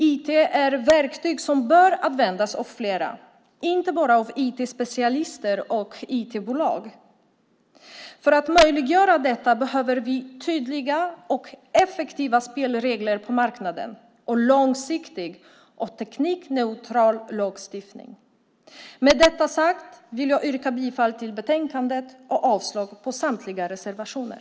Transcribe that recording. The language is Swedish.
IT är verktyg som bör användas av fler, inte bara av IT-specialister och IT-bolag. För att möjliggöra detta behöver vi tydliga och effektiva spelregler på marknaden och långsiktig och teknikneutral lagstiftning. Med detta sagt vill jag yrka bifall till förslaget i betänkandet och avslag på samtliga reservationer.